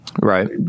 right